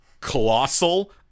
colossal